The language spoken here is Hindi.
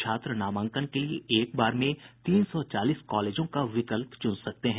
छात्र नामांकन के लिये एक बार में तीन सौ चालीस कॉलेजों का विकल्प चुन सकते हैं